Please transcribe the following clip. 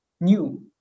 new